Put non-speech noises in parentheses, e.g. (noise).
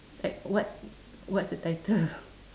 like what what's the title (laughs)